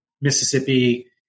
Mississippi